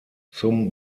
zum